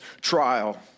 trial